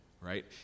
Right